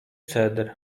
cedr